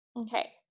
Okay